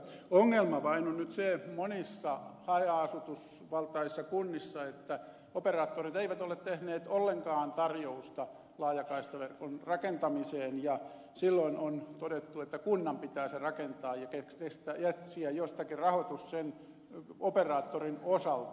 ongelma vain on nyt monissa haja asutusvaltaisissa kunnissa että operaattorit eivät ole tehneet ollenkaan tarjousta laajakaistaverkon rakentamisesta ja silloin on todettu että kunnan pitää se rakentaa ja etsiä jostakin rahoitus sen operaattorin osalta